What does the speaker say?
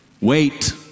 wait